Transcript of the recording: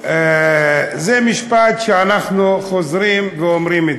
זה משפט שאנחנו חוזרים ואומרים.